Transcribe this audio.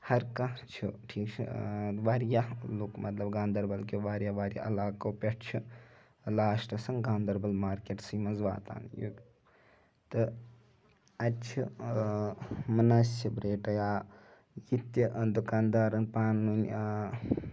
ہر کانٛہہ چھُ ٹھیٖک چھُ واریاہ لُکھ مطلب گاندربَلکیٚو واریاہ واریاہ علاقو پٮ۪ٹھ چھِ لاسٹَسن گاندربَل مارکیٹسٕے منٛز واتان تہٕ اَتہِ چھِ مُنٲسِب ریٹہٕ یا یہِ تہِ دُکان دارَن پانہٕ ؤنۍ یا